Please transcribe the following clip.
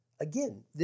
again